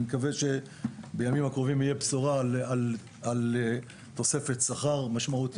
אני מקווה שבימים הקרובים תהיה בשורה על תוספת שכר משמעותית,